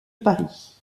paris